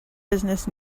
business